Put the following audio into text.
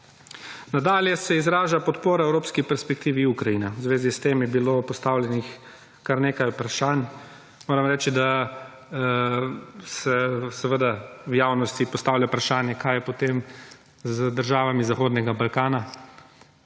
Nadalje se izraža podpora evropski perspektivi Ukrajine. V zvezi s tem je bilo postavljenih kar nekaj vprašanj. Moram reči, da se seveda v javnosti postavlja vprašanje kaj je potem z državami Zahodnega Balkana.